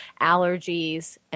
allergies